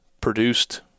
produced